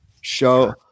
show